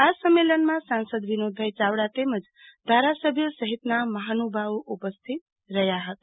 આ સંમેલનમાં સંસદ વિનોદભાઈ ચાવડા તેમજ ધારાસભ્યો સહિતના મહાનુભાવો ઉપસ્થિત રહ્યા હતા